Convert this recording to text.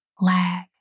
lag